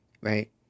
Right